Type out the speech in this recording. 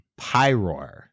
Pyroar